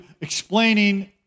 explaining